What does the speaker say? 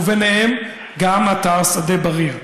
וביניהם גם אתר שדה בריר.